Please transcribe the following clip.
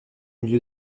milieu